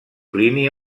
plini